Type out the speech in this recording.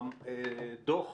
הדוח,